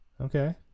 okay